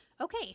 Okay